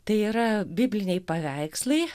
tai yra bibliniai paveikslai